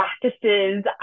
practices